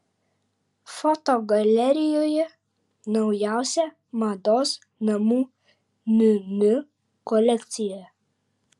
fotogalerijoje naujausia mados namų miu miu kolekcija